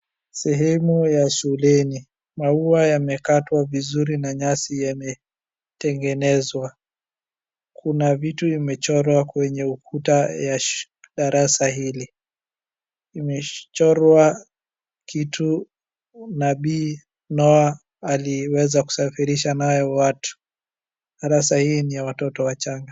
Sehemu ya shuleni. Maua yamekatwa vizuri na nyasi imetengenezwa. Kuna vitu imechorwa kwenye ukuta ya darasa hili. Imechorwa kitu nabii Noah aliweza kusafirisha nayo watu. Darasa hii ni ya watoto wachanga.